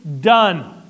done